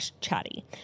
chatty